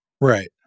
Right